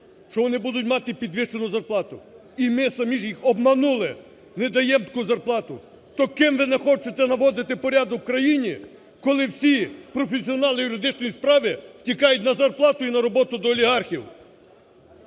що вони будуть мати підвищену зарплату, і ми самі ж їх обманули – не даємо таку зарплату. То ким ви хочете наводити порядок у країні, коли всі професіонали юридичної справи втікають на зарплату і на роботу до олігархів.